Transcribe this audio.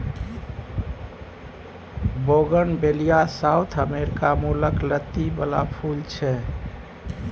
bougainvillea south America मुलक लत्ती बला फुल छै